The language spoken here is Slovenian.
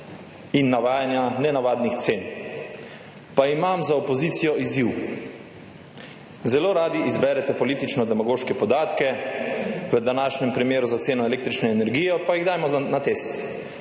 in navajanja nenavadnih cen. Pa imam za opozicijo izziv, zelo radi izberete politično demagoške podatke, v današnjem primeru za ceno električne energije, pa jih dajmo na test.